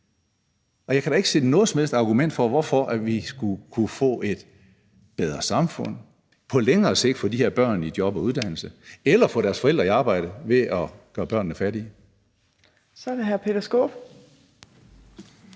Jeg kan da ikke se noget som helst argument for, hvorfor vi skulle kunne få et bedre samfund, på længere sigt få de her børn i job og uddannelse eller få deres forældre i arbejde ved at gøre børnene fattige. Kl. 12:37 Fjerde